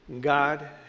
God